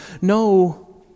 no